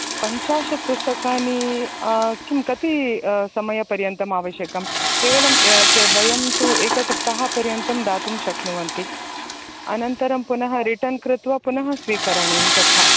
पञ्चाशत् पुस्तकानी किं कति समयपर्यन्तम् आवश्यकं केवलं ए ए वयं तु एकसप्ताहपर्यन्तं दातुं शक्नुवन्ति अनन्तरं पुनः रिटर्न् कृत्वा पुनः स्वीकरणीयं तथा